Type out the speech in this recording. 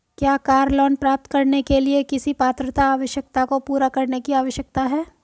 क्या car loan प्राप्त करने के लिए किसी पात्रता आवश्यकता को पूरा करने की आवश्यकता है?